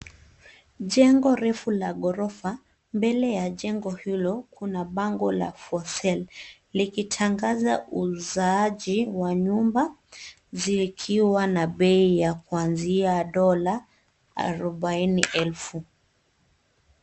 Jengo refu la ghorofa. Mbele ya jengo hilo kuna bango la for sale likitangaza uuzaji wa nyumba zikiwa na bei ya kuanzia $40,000.